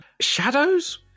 shadows